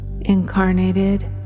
incarnated